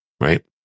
right